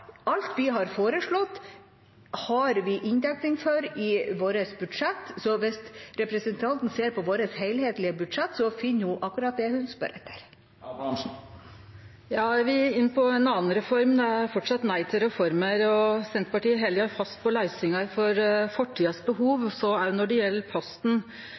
foreslått, har vi inndekning for i vårt budsjett, så hvis representanten ser på vårt helhetlige budsjett, finner hun akkurat det hun spør etter. Eg vil inn på ei anna reform. Det er framleis nei til reformer, og Senterpartiet held fast på løysingar for behova i fortida, slik også når det